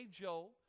Joel